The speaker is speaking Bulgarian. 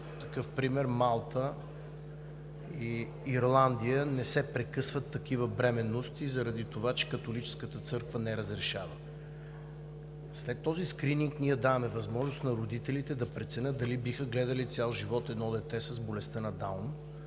такъв пример Малта и Ирландия – не се прекъсват такива бременности, заради това че Католическата църква не разрешава. След този скрининг ние даваме възможност на родителите да преценят дали биха гледали цял живот едно дете с болестта на Даун,